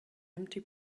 empty